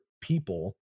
people